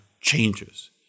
changes